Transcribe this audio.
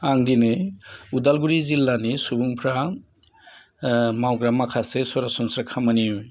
आं दिनै उदालगुरि जिल्लानि सुबुंफ्रा मावग्रा माखासे सरासनस्रा खामानि